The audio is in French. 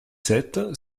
sept